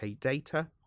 data